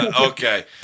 okay